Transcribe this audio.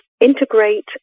Integrate